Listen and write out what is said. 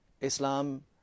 Islam